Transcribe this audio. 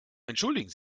entschuldigen